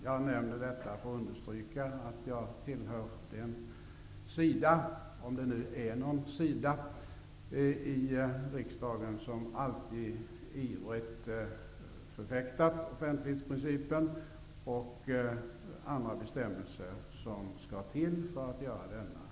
Jag nämner detta för att understryka att jag tillhör den sida -- om det nu är någon sida -- i riksdagen som alltid ivrigt förfäktat offentlighetsprincipen och andra bestämmelser som skall till för att göra denna effektiv.